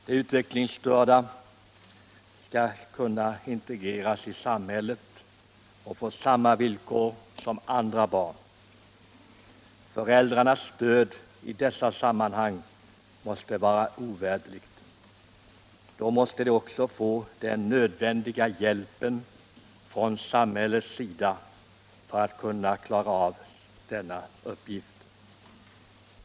De utvecklingsstörda skall kunna integreras i samhället och få samma villkor som andra barn. Föräldrarnas stöd i dessa sammanhang måste vara ovärderligt. Då måste de också få den nödvändiga hjälpen från samhällets sida för att klara sin uppgift.